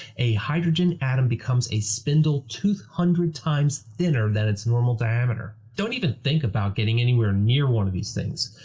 a hydrogen atom becomes a spindle two hundred times thinner than its normal diameter. don't even think about getting anywhere near one of these things.